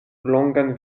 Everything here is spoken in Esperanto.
longan